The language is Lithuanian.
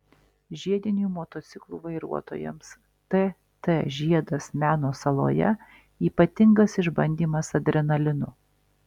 žiedinių motociklų vairuotojams tt žiedas meno saloje ypatingas išbandymas adrenalinu